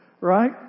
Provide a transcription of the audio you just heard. Right